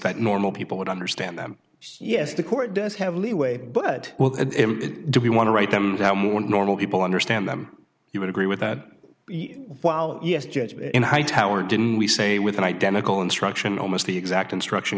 that normal people would understand that yes the court does have leeway but do we want to write them down when normal people understand them you would agree with that while yes judge in hightower didn't we say with an identical instruction almost the exact instruction